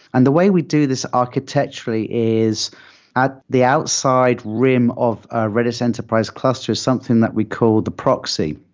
and the way we do this architecturally is at the outside rim of a redis enterprise cluster, something that we call the proxy.